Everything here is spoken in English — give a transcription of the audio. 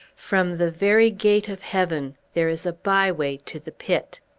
from the very gate of heaven there is a by-way to the pit!